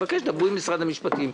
לדבר עם משרד המשפטים.